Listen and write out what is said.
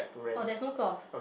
oh there's no cloth